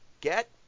get